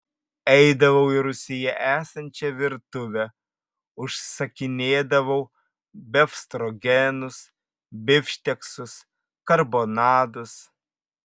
eidavau į rūsyje esančią virtuvę užsakinėdavau befstrogenus bifšteksus karbonadus